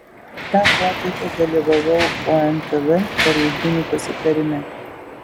tą popietę dalyvavau ontv pareigūnų pasitarime